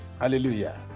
Hallelujah